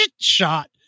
shot